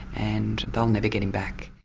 and they'll never get him back.